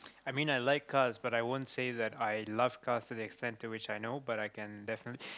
I mean I like cars but I won't say that I love cars to the extent to which I know but I can definitely